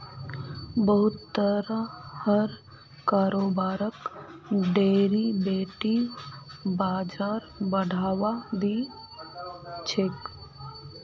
बहुत तरहर कारोबारक डेरिवेटिव बाजार बढ़ावा दी छेक